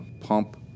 pump